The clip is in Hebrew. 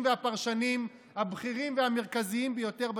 והפרשנים הבכירים והמרכזיים ביותר בתחנה,